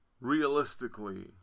Realistically